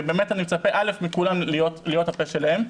ובאמת אני מצפה מכולם להיות הפה שלהם.